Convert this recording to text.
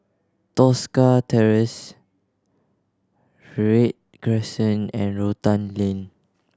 Tosca Terrace Read Crescent and Rotan Lane